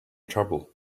trouble